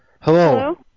Hello